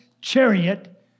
chariot